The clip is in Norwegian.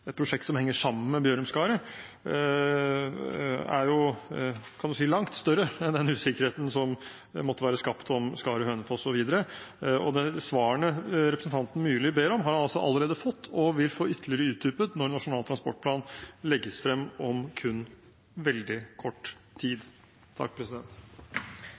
et prosjekt som henger sammen med Bjørum–Skaret, er – kan man si – langt større enn den usikkerheten som måtte være skapt om Skaret–Hønefoss og videre. Og de svarene representanten Myrli ber om, har han allerede fått – og vil få ytterligere utdypet når Nasjonal transportplan legges frem om kun veldig kort tid.